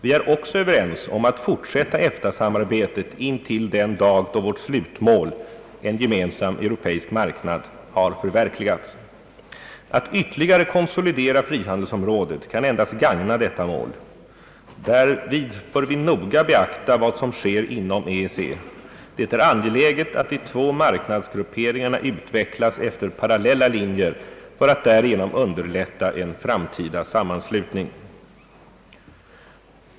Vi är också överens om att fortsätta EFTA-samarbetet intill den dag, då vårt slutmål, en gemensam europeisk marknad, har förverkligats. Att ytterligare konsolidera frihandelsområdet kan endast gagna detta mål. Därvid bör vi noga beakta vad som sker inom EEC. Det är angeläget, att de två marknadsgrupperingarna utvecklas efter parallella linjer för att därigenom underlätta en framtida sammanslutning.